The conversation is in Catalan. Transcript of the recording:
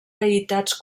deïtats